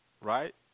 right